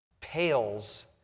pales